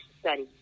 study